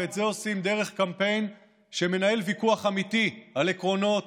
ואת זה עושים דרך קמפיין שמנהל ויכוח אמיתי על עקרונות,